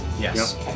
yes